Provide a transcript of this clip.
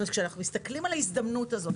כשאנחנו מסתכלים על ההזדמנות הזו,